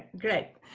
great!